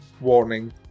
warning